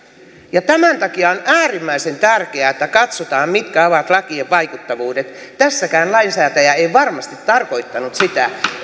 rahoja tämän takia on äärimmäisen tärkeää että katsotaan mitkä ovat lakien vaikuttavuudet tässäkään lainsäätäjä ei varmasti tarkoittanut sitä